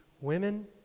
women